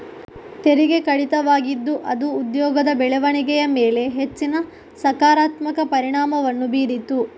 ತೆರಿಗೆ ಕಡಿತವಾಗಿದ್ದು ಅದು ಉದ್ಯೋಗದ ಬೆಳವಣಿಗೆಯ ಮೇಲೆ ಹೆಚ್ಚಿನ ಸಕಾರಾತ್ಮಕ ಪರಿಣಾಮವನ್ನು ಬೀರಿತು